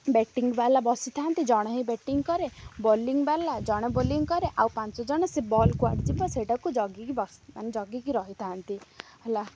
batting ବାଲା ବସିଥାନ୍ତି ଜଣେ ହିଁ ବ୍ୟାଟିଂ କରେ ବୋଲିଂ ବାଲା ଜଣେ ବୋଲିଂ କରେ ଆଉ ପାଞ୍ଚ ଜଣ ସେ ବଲ୍ କୁଆଡ଼େ ଯିବ ସେଇଟାକୁ ଜଗିକି ବସି ମାନେ ଜଗିକି ରହିଥାନ୍ତି ହେଲା